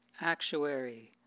actuary